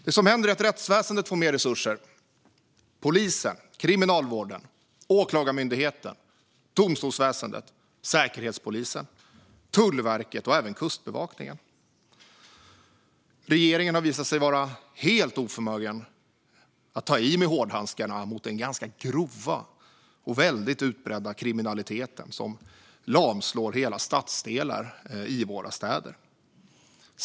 Det som händer är att rättsväsendet får mer resurser: polisen, Kriminalvården, Åklagarmyndigheten, domstolsväsendet, Säkerhetspolisen, Tullverket och även Kustbevakningen. Regeringen har visat sig vara helt oförmögen att ta i med hårdhandskarna mot den ganska grova och väldigt utbredda kriminalitet som lamslår hela stadsdelar i våra städer.